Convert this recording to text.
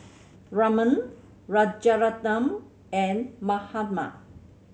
Raman Rajaratnam and Mahatma